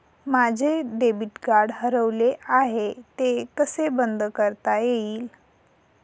माझे debit card हरवले आहे ते कसे बंद करता येईल?